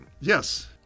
Yes